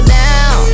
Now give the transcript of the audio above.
down